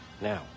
now